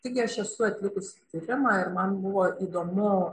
taigi aš esu atlikusi tyrimą ir man buvo įdomu